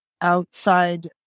outside